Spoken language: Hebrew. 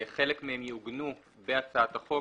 חלק מהם יעוגנו בהצעת החוק.